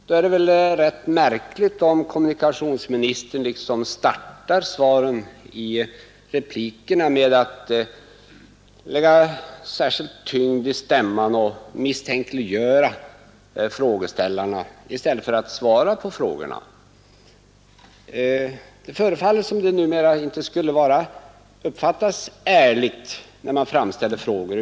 Då är det emellertid ganska märkligt att kommunikationsministern startade sina kompletterande svar med att lägga särskild tyngd i stämman och misstänkliggöra frågeställarna i stället för att svara på frågorna. Det förefaller som det numera inte skulle uppfattas ärligt, när man framställer frågor.